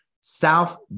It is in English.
South